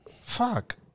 Fuck